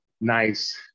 nice